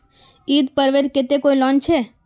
ईद पर्वेर केते कोई लोन छे?